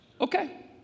Okay